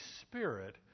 Spirit